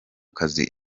kazi